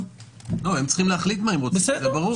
הם צריכים להחליט מה הם רוצים, זה ברור.